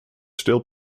still